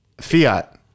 Fiat